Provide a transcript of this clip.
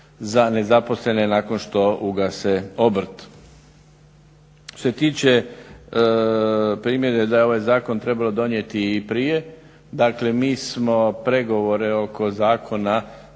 za nezaposlene nakon što ugase obrt. Što se tiče primjedbe da je ovaj zakon trebalo donijeti i prije, dakle mi smo pregovore oko zakona